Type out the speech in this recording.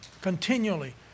continually